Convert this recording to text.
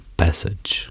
passage